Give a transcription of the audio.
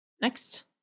Next